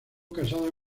casada